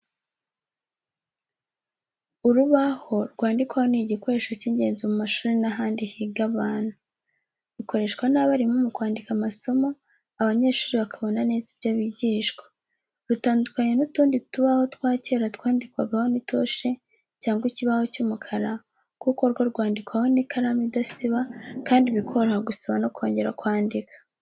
Urubaho rwandikwaho ni igikoresho cy'ingenzi mu mashuri n’ahandi higa abantu. Rukoreshwa n’abarimu mu kwandika amasomo, abanyeshuri bakabona neza ibyo bigishwa. Rutandukanye n’utundi tubaho twa kera twandikwagaho n’itushe cyangwa ikibaho cy’umukara, kuko rwo rwandikwaho n’ikaramu idasiba kandi bikoroha gusiba no kongera kwandika.